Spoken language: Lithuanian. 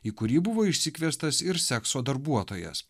į kurį buvo išsikviestas ir sekso darbuotojas